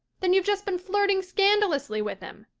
then you've just been flirting scandalously with him.